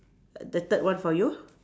the third one for you